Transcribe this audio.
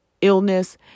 illness